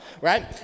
right